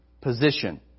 position